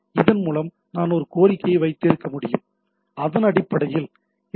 இதன் மூலம் நான் ஒரு கோரிக்கையை வைத்திருக்க முடியும் அதன் அடிப்படையில் ஹெச்